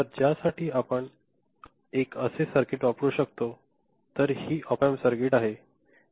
तर ज्यासाठी आपण एक असे सर्किट वापरू शकतो तर ही ऑप एम्प सर्किट आहे